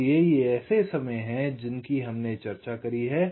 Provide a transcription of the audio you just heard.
इसलिए ये ऐसे समय हैं जिनकी हमने चर्चा की है